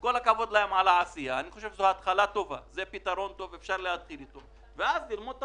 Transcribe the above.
אני מקווה שאגף התקציבים יטה אוזן והשר